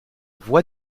voix